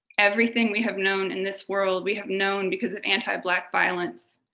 everything we have known in this world we have known because of anti-black violence.